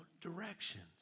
directions